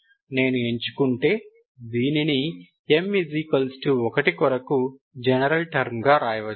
నేను ఎంచుకుంటే దీనిని m 1 కొరకు జనరల్ టర్మ్ గా రాయవచ్చు